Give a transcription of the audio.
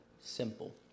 simple